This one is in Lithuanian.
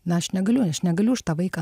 na aš negaliu aš negaliu už tą vaiką